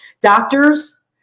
Doctors